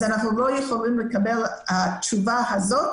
אז התשובה הזאת,